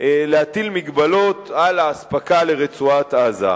והחלטנו באופן שרירותי להטיל מגבלות על האספקה לרצועת-עזה.